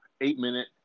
eight-minute